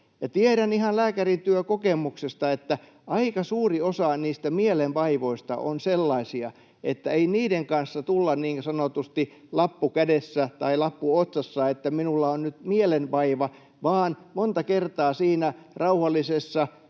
ihan lääkärin työkokemuksesta, että aika suuri osa niistä mielenvaivoista on sellaisia, että ei niiden kanssa tulla niin sanotusti lappu kädessä tai lappu otsassa, että minulla on nyt mielenvaiva, vaan monta kertaa siinä rauhallisessa